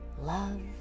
love